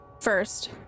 first